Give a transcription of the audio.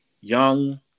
young